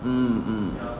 mm mm